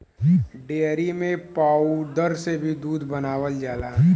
dairy में powder से भी दूध बनावल जाला